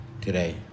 today